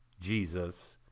Jesus